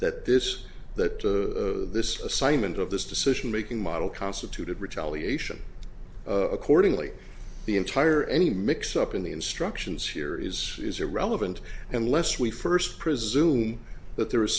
that this that this assignment of this decision making model constituted retaliation accordingly the entire any mix up in the instructions here is is irrelevant unless we first presume that there